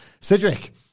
Cedric